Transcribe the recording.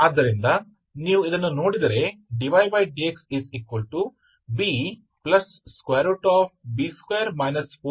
अब मैं अपने नए चर कैसे प्राप्त करूं